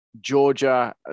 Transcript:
georgia